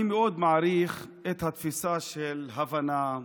אני מאוד מעריך את התפיסה של הבנה,